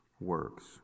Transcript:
works